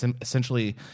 essentially